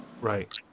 Right